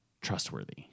trustworthy